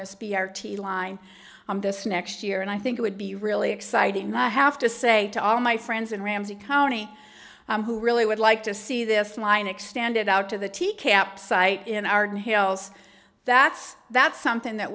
this b r t line on this next year and i think it would be really exciting i have to say to all my friends in ramsey county who really would like to see this line extended out to the t cap site in arden hills that's that's something that